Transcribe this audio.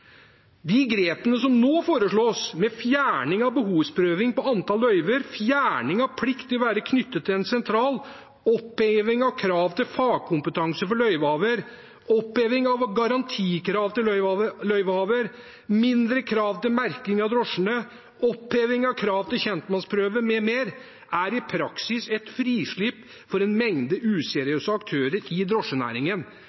De grepene som nå foreslås, med fjerning av behovsprøving for antall løyver, fjerning av plikt til å være knyttet til en sentral, oppheving av krav til fagkompetanse for løyvehaver, oppheving av garantikrav til løyvehaver, mindre krav til merking av drosjene, oppheving av krav til kjentmannsprøve m.m., er i praksis et frislipp for en mengde